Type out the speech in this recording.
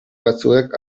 batzuek